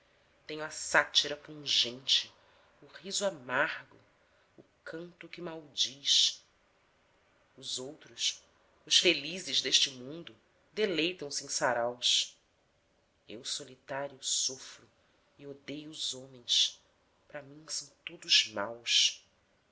tenho a sátira pungente o riso amargo o canto que maldiz os outros os felizes deste mundo deleitam se em saraus eu solitário sofro e odeio os homens pra mim são todos maus